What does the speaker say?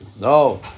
no